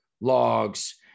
logs